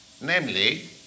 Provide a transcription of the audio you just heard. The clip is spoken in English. namely